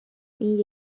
این